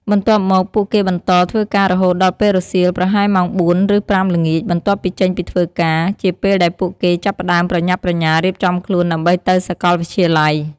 បន្ទាប់មក ពួកគេបន្ត ធ្វើការរហូតដល់ពេលរសៀល ប្រហែលម៉ោង ៤ ឬ ៥ ល្ងាច បន្ទាប់ពីចេញពីធ្វើការ ជាពេលដែលពួកគេចាប់ផ្តើមប្រញាប់ប្រញាល់រៀបចំខ្លួនដើម្បីទៅសាកលវិទ្យាល័យ។